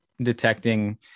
detecting